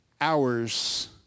hours